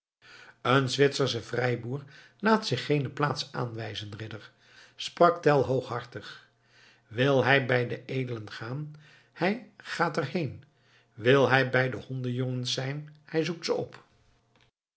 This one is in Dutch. een zwitsersche vrijboer laat zich geene plaats aanwijzen ridder sprak tell hooghartig wil hij bij de edelen gaan hij gaat er heen wil hij bij de hondenjongens zijn hij zoekt hen op